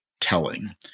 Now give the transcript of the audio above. telling